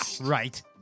right